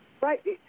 Right